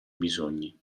bisogni